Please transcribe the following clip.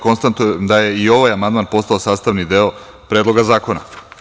Konstatujem da je ovaj amandman postao sastavni deo Predloga zakona.